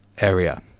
area